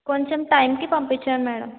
కొంచెం టైంకి పంపించండి మేడం